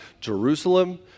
Jerusalem